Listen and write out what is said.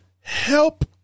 Help